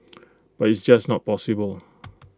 but it's just not possible